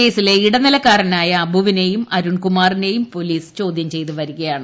കേസില്ലെ ഇടനിലക്കാരനായ അബുവിനെയും അരുൺ കുമാറിനെയും പൊലീസ് ചോദ്യം ചെയ്തുവരികയാണ്